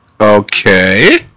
Okay